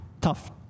tough